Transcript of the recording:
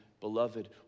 beloved